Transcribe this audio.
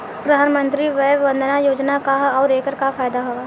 प्रधानमंत्री वय वन्दना योजना का ह आउर एकर का फायदा बा?